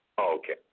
Okay